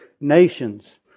nations